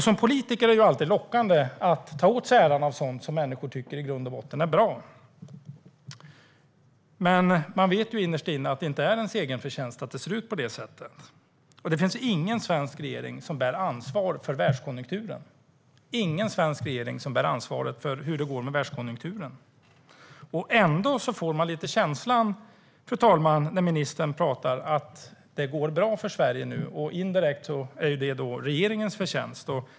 Som politiker är det alltid lockande att ta åt sig äran för sådant som människor i grund och botten tycker är bra, men man vet ju innerst inne att det inte är ens egen förtjänst att det ser ut på det sättet. Det finns ingen svensk regering som bär ansvar för världskonjunkturen och hur det går med den. Ändå, fru talman, får man när ministern talar lite känslan att det nu går bra för Sverige och att det indirekt är regeringens förtjänst.